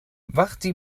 وقتی